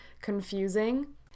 confusing